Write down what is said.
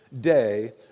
day